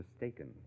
mistaken